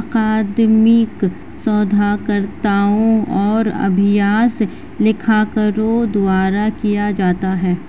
अकादमिक शोधकर्ताओं और अभ्यास लेखाकारों द्वारा किया जाता है